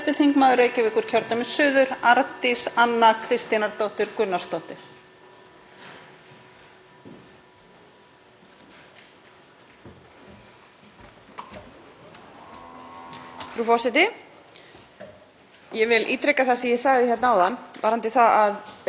Frú forseti. Ég vil ítreka það sem ég sagði hérna áðan varðandi það að sannarlega þarf að skoða mál ofan í kjölinn, þau geta tafist af ýmsum ástæðum og sú skoðun getur tekið langan tíma, sérstaklega þegar hún þarf að vera vönduð.